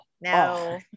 No